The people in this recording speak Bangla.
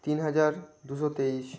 তিন হাজার দুশো তেইশ